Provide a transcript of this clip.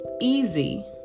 easy